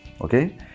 okay